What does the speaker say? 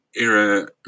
era